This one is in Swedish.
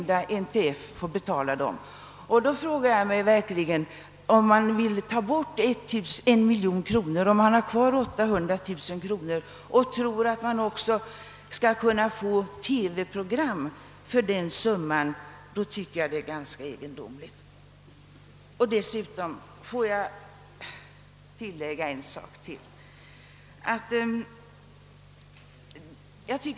Jag frågar mig då, om man verkligen vill ta bort en miljon kronor i förlitan på att det skall vara möjligt att få även TV-program för den summa — 800 000 kronor — som återstår. Får jag tillägga ytterligare en sak.